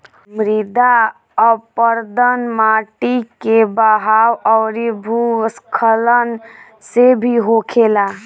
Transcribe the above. मृदा अपरदन माटी के बहाव अउरी भू स्खलन से भी होखेला